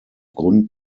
grund